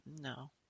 No